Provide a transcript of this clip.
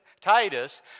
Titus